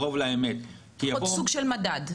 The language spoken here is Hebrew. עוד סוג של מדד.